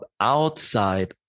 outside